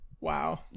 Wow